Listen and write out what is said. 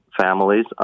families